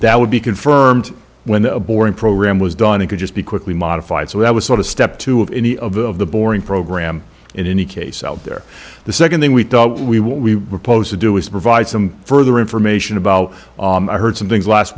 that would be confirmed when the boring program was done it could just be quickly modified so that was sort of step two of any of the of the boring program in any case out there the second thing we we what we proposed to do is provide some further information about i heard some things last